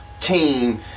team